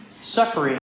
suffering